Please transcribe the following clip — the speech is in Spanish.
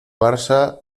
barça